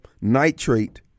nitrate